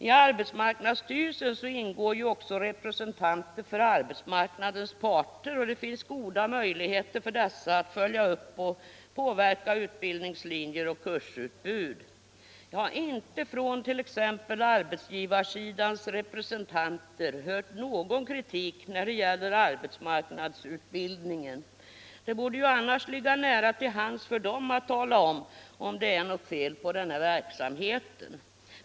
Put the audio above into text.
I arbetsmarknadsstyrelsen ingår ju också representanter för arbetsmarknadens parter. Det finns goda möjligheter för dessa att följa upp och påverka utbildningslinjer och kursutbud. Jag har inte från t.ex. arbetsgivarsidans representanter hört någon kritik när det gäller arbetsmarknadsutbildningen. Det borde ju annars ligga nära till hands för dem att tala om om det är något fel på verksamheten.